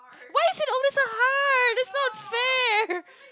why is it always so hard it's not fair